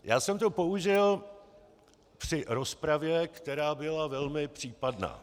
Já jsem to použil při rozpravě, která byla velmi případná.